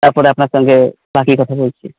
তারপরে আপনার সঙ্গে বাকি কথা বলছি